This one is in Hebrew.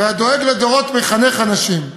והדואג לדורות, מחנך אנשים.